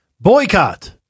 Boycott